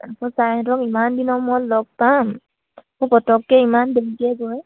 ইমান দিনৰ মই লগ পাম মোৰ পতককে ইমান